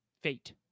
fate